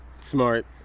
Smart